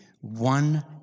one